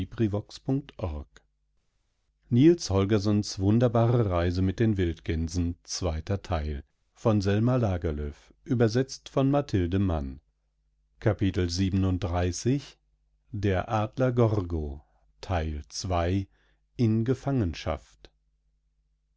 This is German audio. holgersen mit den wildgänsen